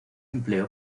empleo